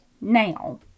now